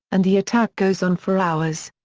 and the attack goes on for hours.